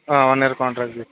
one year contract base